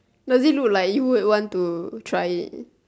does it look like you would want to try it